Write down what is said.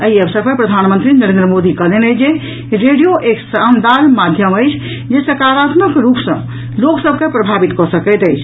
एहि अवसर पर प्रधानमंत्री नरेन्द्र मोदी कहलनि अछि जे रेडियो एक शानदान माध्यम अछि जे सकारात्मक रूप सॅ लोक सभ के प्रभावित कऽ सकैत अछि